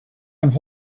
and